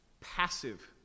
passive